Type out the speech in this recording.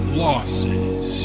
losses